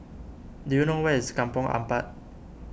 do you know where is Kampong Ampat